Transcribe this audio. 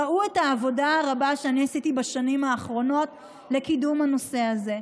ראו את העבודה הרבה שאני עשיתי בשנים האחרונות לקידום הנושא הזה.